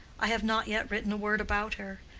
i have not yet written a word about her.